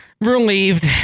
Relieved